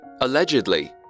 Allegedly